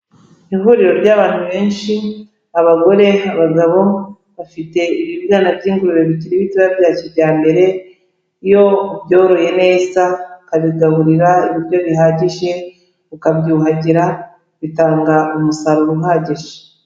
Ihuriro ry'abantu benshi, abagore, abagabo, bafite ibibwana by'ingurube bikiri bitoya bya kijyambere, iyo ubyoroye neza, ukabigaburira ibiryo bihagije, ukabyuhagira, bitanga umusaruro uhagije.